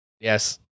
yes